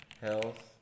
Health